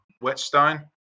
Whetstone